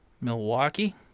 Milwaukee